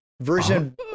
Version